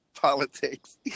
politics